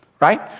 right